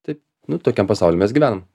taip nu tokiam pasauly mes gyvenam